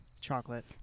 Chocolate